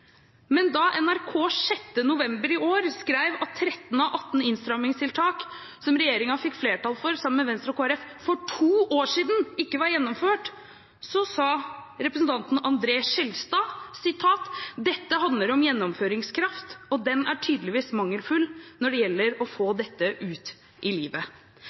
men da NRK den 6. november i år skrev at 13 av 18 innstrammingstiltak som regjeringen fikk flertall for, sammen med Venstre og Kristelig Folkeparti, for to år siden, ikke var gjennomført, så sa representanten André Skjelstad: «Dette handler om gjennomføringskraft, og den er tydeligvis mangelfull når det gjelder å få dette ut i livet.»